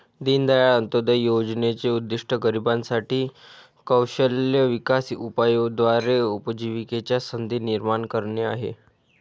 दीनदयाळ अंत्योदय योजनेचे उद्दिष्ट गरिबांसाठी साठी कौशल्य विकास उपायाद्वारे उपजीविकेच्या संधी निर्माण करणे आहे